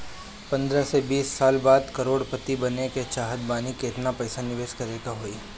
पंद्रह से बीस साल बाद करोड़ पति बने के चाहता बानी केतना पइसा निवेस करे के होई?